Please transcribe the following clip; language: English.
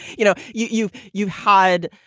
you know, you you you hide